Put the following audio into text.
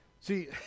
See